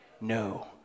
No